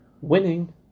Winning